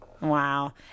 Wow